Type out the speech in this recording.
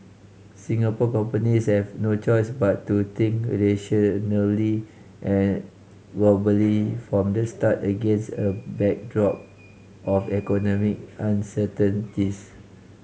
Singapore companies have no choice but to think regionally and globally from the start against a backdrop of economy uncertainties